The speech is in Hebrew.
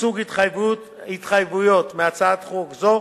מסוג התחייבויות מהצעת חוק זו,